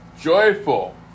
joyful